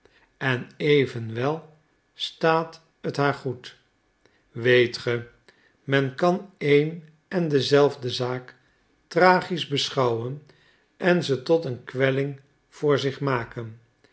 en evenwel staat het haar goed weet ge men kan een en dezelfde zaak tragisch beschouwen en ze tot een kwelling voor zich maken